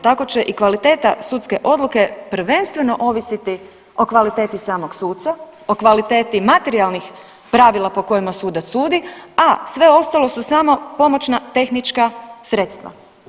Tako će i kvaliteta sudske odluke prvenstveno ovisiti o kvaliteti samog suca, o kvaliteti materijalnih pravila po kojima sudac sudi, a sve ostalo su samo pomoćna tehnička sredstva.